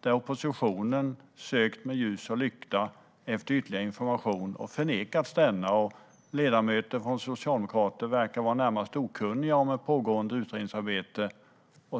där oppositionen sökt med ljus och lykta efter ytterligare information och förnekats denna. Ledamöter från Socialdemokraterna verkar vara närmast okunniga om ett pågående utredningsarbete.